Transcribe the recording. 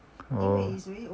oh